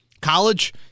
College